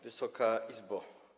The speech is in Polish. Wysoka Izbo!